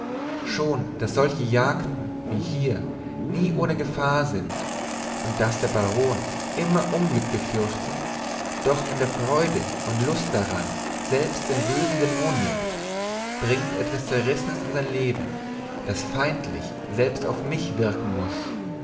schon daß solche jagden wie hier nie ohne gefahr sind und daß der baron immer unglück befürchtend doch in der freude und lust daran selbst den bösen dämon neckt bringt etwas zerrissenes in sein leben das feindlich selbst auf mich wirken muß